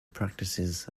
practices